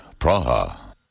Praha